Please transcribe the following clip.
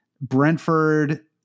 brentford